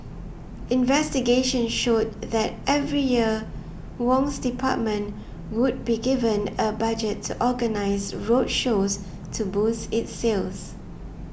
investigation showed that every year Wong's department would be given a budget to organise road shows to boost its sales